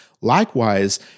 Likewise